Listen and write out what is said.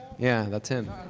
yeah, that's him.